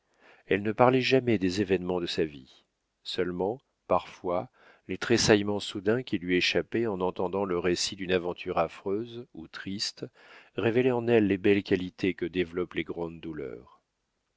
elle ne parlait jamais des événements de sa vie seulement parfois les tressaillements soudains qui lui échappaient en entendant le récit d'une aventure affreuse ou triste révélaient en elle les belles qualités que développent les grandes douleurs